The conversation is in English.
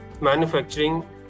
manufacturing